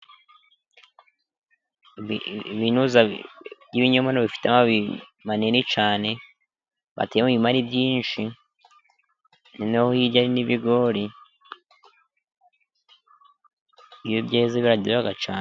Ibinyomoro bifite amababi manini cyane, bateye mu murima ari byinshi, noneho hirya hari n'ibigori, iyo byeze , bagira ...